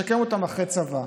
לשקם אותם אחרי צבא.